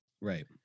Right